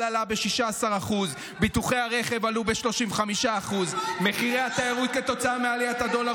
עלה ב-16%; ביטוחי הרכב עלו ב-35%; מחירי התיירות כתוצאה מעליית הדולר,